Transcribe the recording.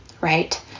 right